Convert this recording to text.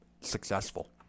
successful